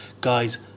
guys